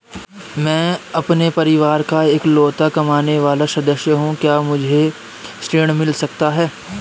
मैं अपने परिवार का इकलौता कमाने वाला सदस्य हूँ क्या मुझे ऋण मिल सकता है?